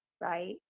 right